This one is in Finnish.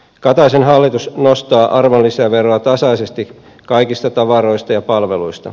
kataisen hallitus nostaa arvonlisäveroa tasaisesti kaikista tavaroista ja palveluista